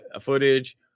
footage